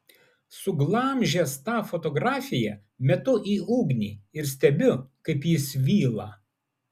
suglamžęs tą fotografiją metu į ugnį ir stebiu kaip ji svyla